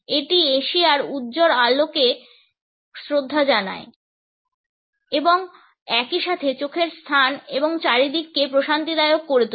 এটি এশিয়ার উজ্জ্বল আলোকে শ্রদ্ধা জানায় এবং একই সাথে চোখের স্থান এবং চারিদিককে প্রশান্তিদায়ক করে তোলে